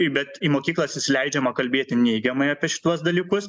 bet į mokyklas įsileidžiama kalbėti neigiamai apie šituos dalykus